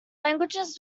languages